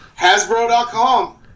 Hasbro.com